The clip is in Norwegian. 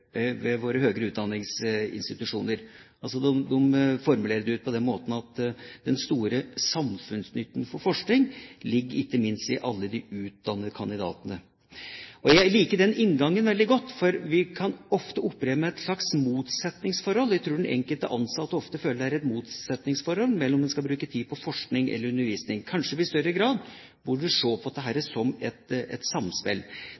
utdanningsinstitusjoner. De formulerer det på den måten at den store samfunnsnytten av forskning ikke minst ligger i alle de utdannede kandidatene. Jeg liker den inngangen veldig godt, for vi kan ofte operere med et slags motsetningsforhold: Jeg tror den enkelte ansatte ofte føler at det er et motsetningsforhold – om en skal bruke tid på forskning, eller på undervisning. Kanskje vi i større grad burde se på dette som et samspill. Det